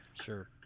Sure